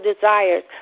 desires